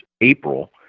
April